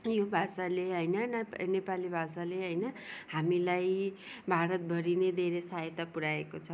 यो भाषाले होइन नाप् नेपाली भाषाले होइन हामीलाई भारतभरी नै धेरै साहयता पुऱ्याएको छ